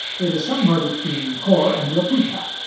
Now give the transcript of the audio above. it is somewhere between kor and laputa.